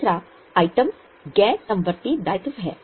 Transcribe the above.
दूसरा आइटम गैर समवर्ती दायित्व है